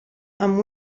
amb